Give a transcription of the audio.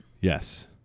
Yes